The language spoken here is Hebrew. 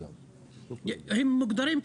הם מוגדרים כקטגוריה,